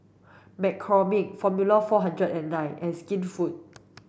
McCormick Formula four hundred and nine and Skinfood